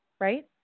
right